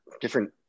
different